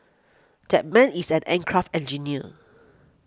that man is an aircraft engineer